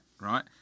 right